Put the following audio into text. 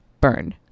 burn